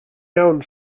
iawn